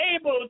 able